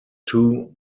two